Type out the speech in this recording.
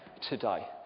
today